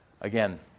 Again